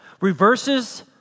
reverses